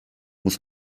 muss